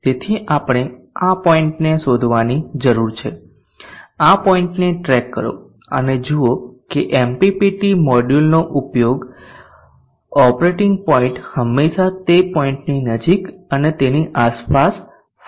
તેથી આપણે આ પોઈન્ટને શોધવાની જરૂર છે આ પોઈન્ટને ટ્રેક કરો અને જુઓ કે એમપીપીટી મોડ્યુલનો ઓપરેટિંગ પોઈન્ટ હંમેશાં તે પોઈન્ટની નજીક અને તેની આસપાસ ફરતે રહે છે